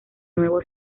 nuevo